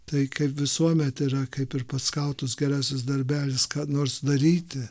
tai kaip visuomet yra kaip ir pats kautųsi gerasis darbelis ką nors daryti